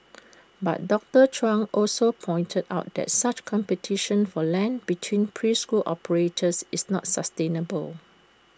but doctor chung also pointed out that such competition for land between preschool operators is not sustainable